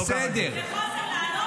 זה חוסר מקצועיות.